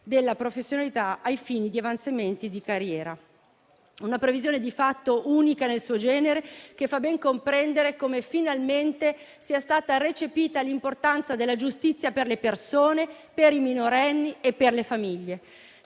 della professionalità ai fini dell'avanzamento di carriera. Si tratta di una previsione di fatto unica nel suo genere, che fa ben comprendere come finalmente sia stata recepita l'importanza della giustizia per le persone, per i minorenni e per le famiglie.